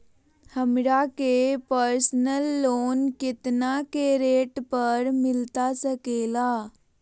हमरा के personal loan कितना के रेट पर मिलता सके ला?